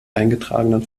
eingetragenen